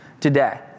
today